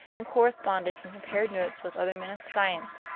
and corresponded and compared notes with other men of science.